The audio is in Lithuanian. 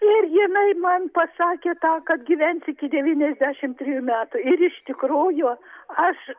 ir jinai man pasakė tą kad gyvensi iki devyniasdešim trijų metų ir iš tikrųjų aš